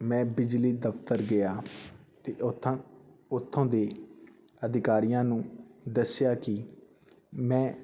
ਮੈਂ ਬਿਜਲੀ ਦਫਤਰ ਗਿਆ ਅਤੇ ਓਥਾਂ ਉਥੋਂ ਦੀ ਅਧਿਕਾਰੀਆਂ ਨੂੰ ਦੱਸਿਆ ਕਿ ਮੈਂ